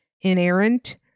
inerrant